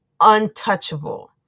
untouchable